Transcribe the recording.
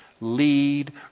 lead